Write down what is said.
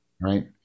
Right